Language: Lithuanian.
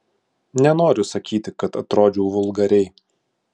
nenoriu sakyti kad atrodžiau vulgariai